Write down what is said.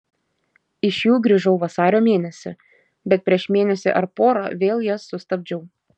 iš jų grįžau vasario mėnesį bet prieš mėnesį ar porą vėl jas sustabdžiau